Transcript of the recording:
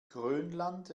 grönland